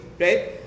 right